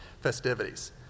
festivities